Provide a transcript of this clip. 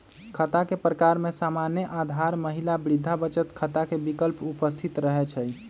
खता के प्रकार में सामान्य, आधार, महिला, वृद्धा बचत खता के विकल्प उपस्थित रहै छइ